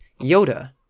Yoda